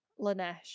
Lanesh